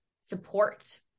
support